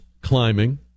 climbing